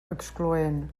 excloent